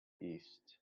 east